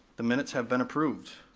the minutes have been approved.